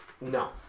no